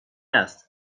است